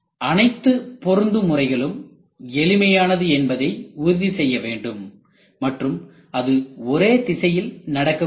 அனைத்து பொருந்தும் முறைகளும் எளிமையானது என்பதை உறுதி செய்ய வேண்டும் மற்றும் அது ஒரே திசையில் நடக்கக் கூடியவை